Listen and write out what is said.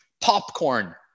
popcorn